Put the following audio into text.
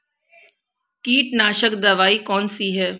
कीटनाशक दवाई कौन कौन सी हैं?